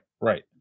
right